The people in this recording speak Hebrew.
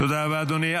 תודה רבה, אדוני.